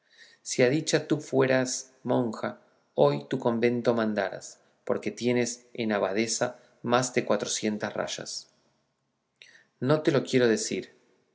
si a dicha tú fueras monja hoy tu convento mandaras porque tienes de abadesa más de cuatrocientas rayas no te lo quiero decir